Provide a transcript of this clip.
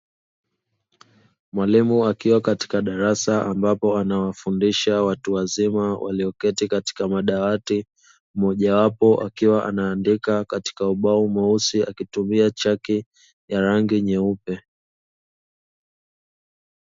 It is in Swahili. Mwalimu akiwa katika darasa ambapo anawafundisha watu wazima walioketi katika madawati, mmoja wapo akiwa anaandika katika ubao mweusi akitumia chaki ya rangi nyeupe.